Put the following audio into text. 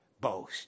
boast